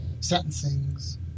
sentencings